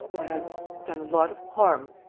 i have done a lot of harm.